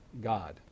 God